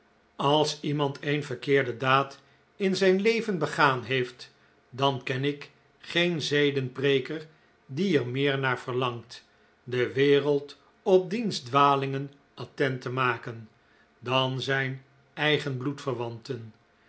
als iemand een verkeerde daad in zijn leven begaan heeft dan ken ik geen zedenpreeker die er meer naar verlangt de wereld op diens dwalingen attent te maken dan zijn eigen bloedverwanten